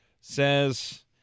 says